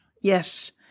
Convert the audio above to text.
Yes